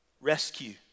Rescue